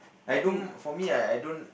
I don't for me I I don't